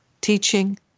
teaching